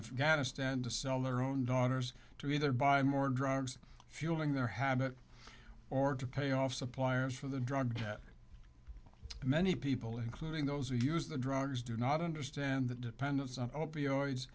afghanistan to sell their own daughters to either buy more drugs fueling their habit or to pay off suppliers for the drug that many people including those who use the drugs do not understand that dependence o